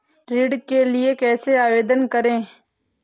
ऋण के लिए कैसे आवेदन करें?